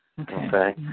Okay